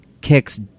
kicks